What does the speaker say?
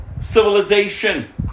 civilization